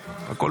הרצנו.